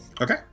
Okay